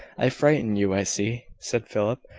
i frighten you, i see, said philip,